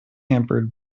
hampered